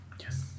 Yes